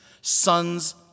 sons